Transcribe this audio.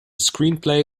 screenplay